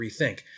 rethink